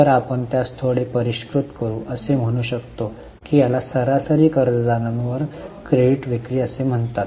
तर आपण त्यास थोडे परिष्कृत करू आणि असे म्हणू शकतो की याला सरासरी कर्जदारांवर क्रेडिट विक्री म्हणतात